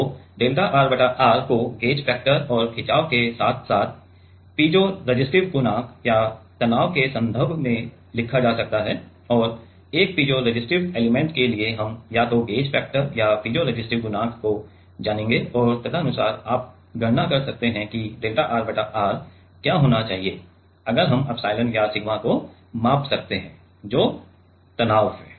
तो delta R बटा R को गेज फैक्टर और खिचाव के साथ साथ पाइज़ोरेसिस्टिव गुणांक और तनाव के संदर्भ में लिखा जा सकता है और एक पीज़ोरेसिस्टिव एलिमेंट के लिए हम या तो गेज फैक्टर या पीज़ोरेसिस्टिव गुणांक को जानेंगे और तदनुसार आप गणना कर सकते हैं कि डेल्टा R बटा R क्या होना चाहिए अगर हम एप्सिलॉन या सिग्मा को माप सकते हैं जो तनाव है